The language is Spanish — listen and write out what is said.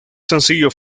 sencillo